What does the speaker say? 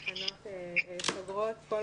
התלבטתי, כי ברגע שנתחיל את התקנות נרוץ עליהן.